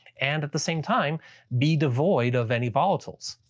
and at the same time be devoid of any volatiles.